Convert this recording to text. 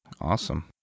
Awesome